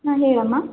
ಹಾಂ ಹೇಳಮ್ಮ